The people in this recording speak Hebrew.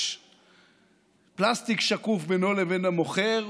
יש פלסטיק שקוף בינו לבין המוכר,